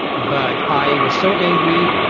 but i was so angry,